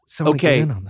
Okay